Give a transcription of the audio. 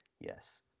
Yes